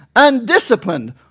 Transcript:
undisciplined